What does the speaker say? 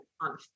on